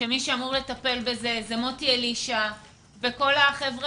שמי שאמור לטפל בזה זה מוטי אלישע וכול החבר'ה